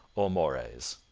o mores!